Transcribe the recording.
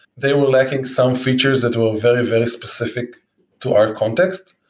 they were lacking some features that were very, very specific to our context.